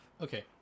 Okay